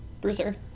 Bruiser